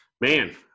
Man